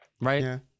Right